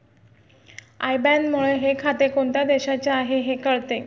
I बॅनमुळे हे खाते कोणत्या देशाचे आहे हे कळते